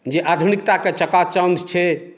जे आधुनिकताके चकाचौँध छै